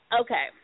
Okay